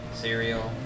cereal